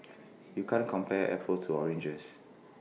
you can't compare apples to oranges